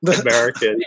American